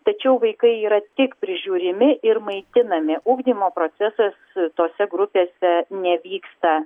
tačiau vaikai yra tik prižiūrimi ir maitinami ugdymo procesas tose grupėse nevyksta